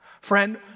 Friend